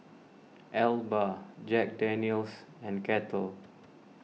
Alba Jack Daniel's and Kettle